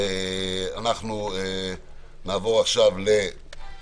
אנחנו נעבור עכשיו להסתייגויות.